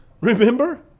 Remember